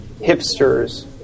hipsters